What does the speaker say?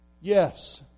Yes